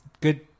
good